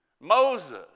Moses